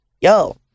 yo